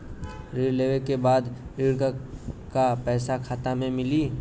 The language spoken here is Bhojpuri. ऋण लेवे के बाद ऋण का पैसा खाता में मिली?